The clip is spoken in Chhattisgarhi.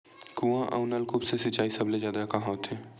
कुआं अउ नलकूप से सिंचाई सबले जादा कहां होथे?